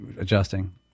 adjusting